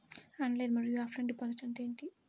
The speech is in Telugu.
ఆన్లైన్ మరియు ఆఫ్లైన్ డిపాజిట్ అంటే ఏమిటి?